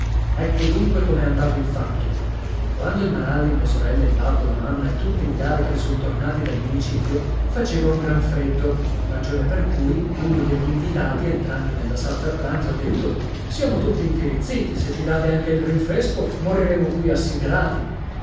ecco dunque com'è andato il fatto quando il maralli mia sorella il babbo la mamma e tutti gli altri son tornati dal municipio faceva un gran freddo ragione per cui uno degli invitati entrando nella sala da pranzo ha detto siamo tutti intirizziti se ci date anche il rinfresco moriremo qui assiderati